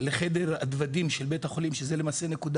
לחדר הדוודים של בית החולים,